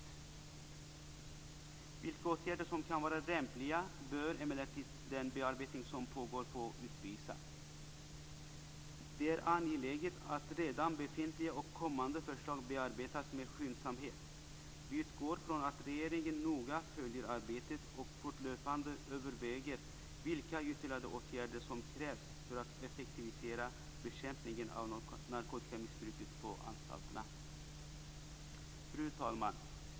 Vilka åtgärder som kan vara lämpliga bör emellertid den bearbetning som pågår få utvisa. Det är angeläget att redan befintliga och kommande förslag bearbetas med skyndsamhet. Vi utgår från att regeringen noga följer arbetet och fortlöpande överväger vilka ytterligare åtgärder som krävs för att effektivisera bekämpningen av narkotikamissbruket på anstalterna. Fru talman!